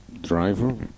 driver